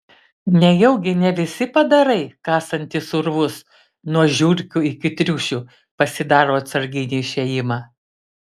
nejaugi ne visi padarai kasantys urvus nuo žiurkių iki triušių pasidaro atsarginį išėjimą